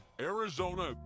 Arizona